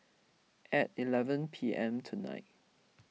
at eleven P M tonight